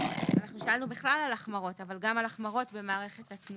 אנחנו שאלנו בכלל על החמרות אבל גם על החמרות במערכת התנועה.